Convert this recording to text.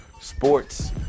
Sports